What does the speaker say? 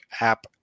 app